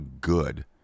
good